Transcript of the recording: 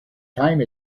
time